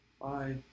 bye